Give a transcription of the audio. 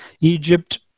Egypt